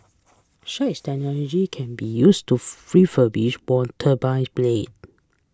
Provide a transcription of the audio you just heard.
such technology can be used to refurbish worn turbine blade